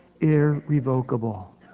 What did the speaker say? irrevocable